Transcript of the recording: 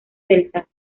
celtas